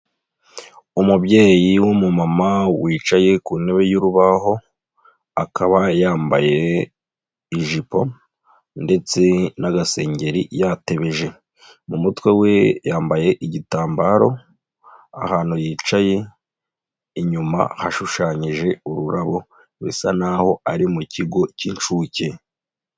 Umubyeyi w'umumama wicaye ku ntebe y'urubaho, akaba yambaye ijipo ndetse n'agasengeri yatebeje, mu mutwe we yambaye igitambaro, ahantu yicaye inyuma hashushanyije ururabo bisa n'aho ari mu kigo cy'incuke.